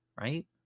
right